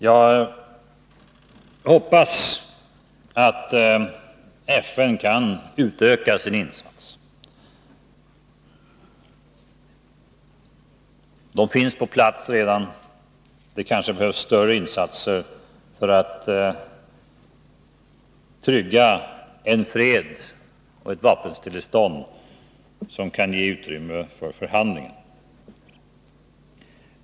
Jag hoppas att FN kan utöka sin insats, man finns ju redan på plats. Det kanske behövs större insatser för att trygga en fred och ett vapenstillestånd som kan ge utrymme för förhandlingar.